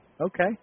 Okay